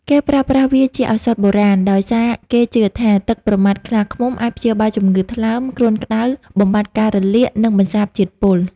គេប្រើប្រាស់វាជាឱសថបុរាណ ដោយសារគេជឿថា ទឹកប្រមាត់ខ្លាឃ្មុំអាចព្យាបាលជំងឺថ្លើម គ្រុនក្តៅ បំបាត់ការរលាក និងបន្សាបជាតិពុល។